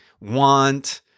want